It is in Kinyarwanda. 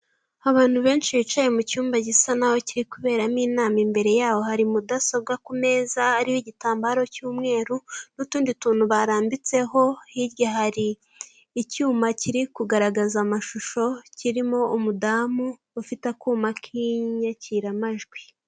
Abantu benshi bicaye mu cyumba gisa naho kiri kuberamo inama imbere yaho hari mudasobwa ku meza, hariho igitambaro cy'umweru n'utundi tuntu barambitseho hirya hari icyuma kiri kugaragaza amashusho kirimo umudamu ufite akuma k'inyakiramajwi.